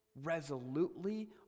resolutely